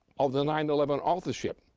of the nine eleven authorship,